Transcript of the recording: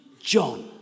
John